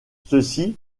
ceci